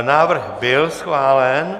Návrh byl schválen.